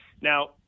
Now